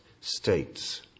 states